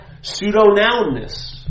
pseudo-nounness